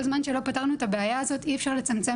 כל זמן שלא פתרנו את הבעיה הזאת אי אפשר לצמצם